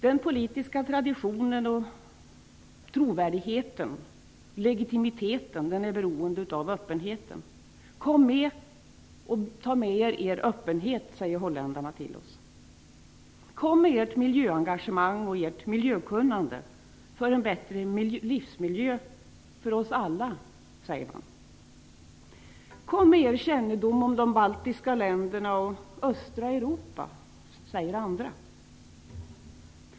Den politiska traditionen och trovärdigheten, legitimiteten är beroende av öppenheten. Kom med och ta med er er öppenhet, säger holländarna till oss. Kom med ert miljöengagemang och ert miljökunnande, för en bättre livsmiljö för oss alla, säger man. Kom med er kännedom om de baltiska länderna och östra Europa, säger andra.